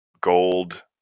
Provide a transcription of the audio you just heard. gold